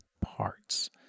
parts